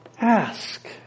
ask